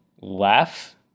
laugh